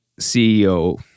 CEO